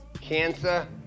cancer